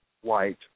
white